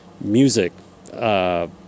music